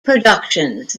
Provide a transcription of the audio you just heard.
productions